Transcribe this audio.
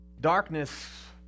Darkness